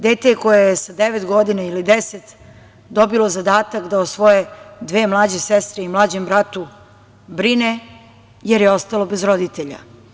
Dete koje je sa devet godina ili deset dobilo zadatak da o svoje dve mlađe sestre i mlađem bratu brine, jer je ostalo bez roditelja.